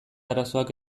arazoak